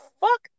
fuck